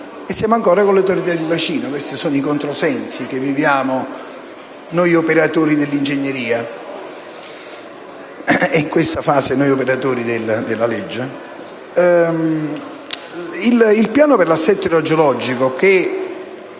siamo ancora con le autorità di bacino. Questi sono i controsensi che viviamo noi operatori dell'ingegneria e, in questa fase, noi operatori della legge. Il Piano per l'assetto idrogeologico, che